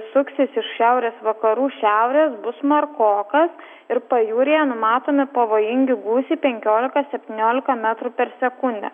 suksis iš šiaurės vakarų šiaurės bus smarkokas ir pajūryje numatomi pavojingi gūsiai penkiolika septyniolika metrų per sekundę